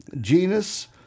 genus